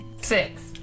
Six